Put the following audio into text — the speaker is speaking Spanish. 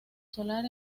solar